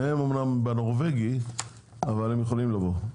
אמנם שניהם בנורבגי, אבל הם יכולים לבוא.